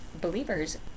believers